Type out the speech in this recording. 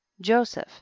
Joseph